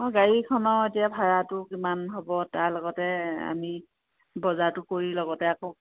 অঁ গাড়ীখনৰ এতিয়া ভাড়াটো কিমান হ'ব তাৰ লগতে আমি বজাৰটো কৰি লগতে আকৌ